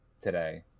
today